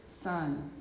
Son